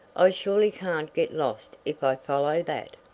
i surely can't get lost if i follow that.